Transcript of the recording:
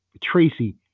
Tracy